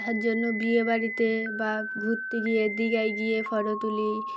তার জন্য বিয়েবাড়িতে বা ঘুরতে গিয়ে দীঘায় গিয়ে ফটো তুলি